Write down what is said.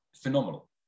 phenomenal